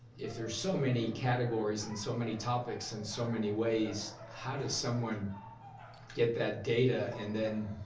if there's so many categories and so many topics and so many ways, how does someone get that data, and then